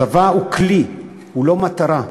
צבא הוא כלי, הוא לא מטרה.